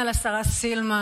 אין על השרה סילמן,